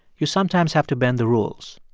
you sometimes have to bend the rules.